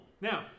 Now